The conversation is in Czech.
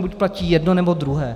Buď platí jedno, nebo druhé.